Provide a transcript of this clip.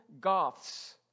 Goths